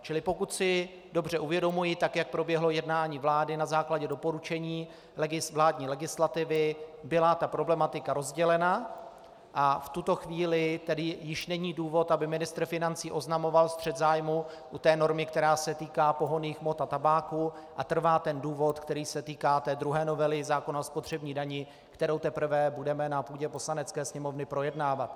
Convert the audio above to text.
Čili pokud si dobře uvědomuji, tak jak proběhlo jednání vlády, na základě doporučení vládní legislativy byla ta problematika rozdělena a v tuto chvíli již není důvod, aby ministr financí oznamoval střet zájmů u té normy, která se týká pohonných hmot a tabáku, a trvá ten důvod, který se týká té druhé novely zákona o spotřební dani, kterou teprve budeme na půdě Poslanecké sněmovny projednávat.